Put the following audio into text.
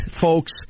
folks